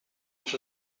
that